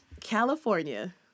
California